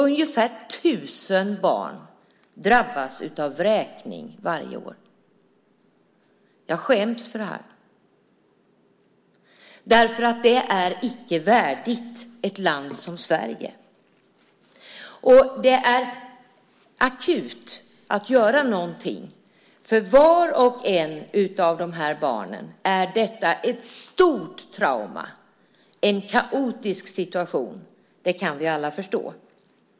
Ungefär 1 000 barn drabbas av vräkning varje år. Jag skäms för det här. Det är icke värdigt ett land som Sverige. Och det är akut att göra någonting. För vart och ett av de här barnen är detta ett stort trauma, en kaotisk situation. Det kan vi alla förstå.